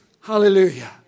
Hallelujah